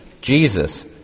Jesus